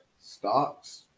Stocks